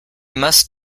must